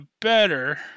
Better